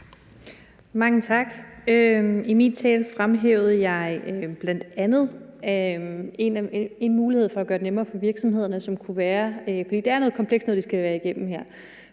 Mange tak. I min tale fremhævede jeg bl.a. en mulighed for at gøre det nemmere for virksomhederne, for det er noget komplekst noget, vi skal have igennem her.